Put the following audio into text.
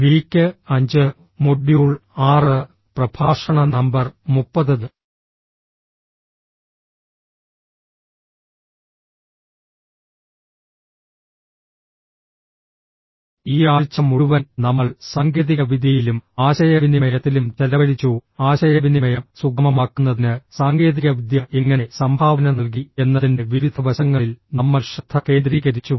week 5 module 6 പ്രഭാഷണ number 30 ഈ ആഴ്ച മുഴുവൻ നമ്മൾ സാങ്കേതികവിദ്യയിലും ആശയവിനിമയത്തിലും ചെലവഴിച്ചു ആശയവിനിമയം സുഗമമാക്കുന്നതിന് സാങ്കേതികവിദ്യ എങ്ങനെ സംഭാവന നൽകി എന്നതിന്റെ വിവിധ വശങ്ങളിൽ നമ്മൾ ശ്രദ്ധ കേന്ദ്രീകരിച്ചു